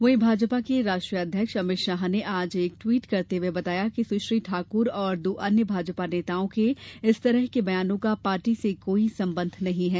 वहीं भाजपा के राष्ट्रीय अध्यक्ष अमित शाह ने आज एक टिवट करते हुए बताया कि सुश्री ठाक्र और दो अन्य भाजपा नेताओं के इस तरह के बयानों का पार्टी से कोई संबंध नहीं है